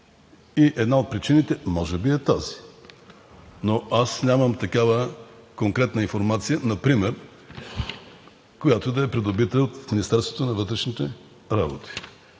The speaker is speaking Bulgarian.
И една от причините може би е тази, но аз нямам такава конкретна информация например, която да е придобита от Министерството на вътрешните работа.